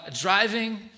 Driving